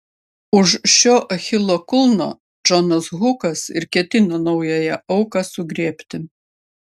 už šio achilo kulno džonas hukas ir ketino naująją auką sugriebti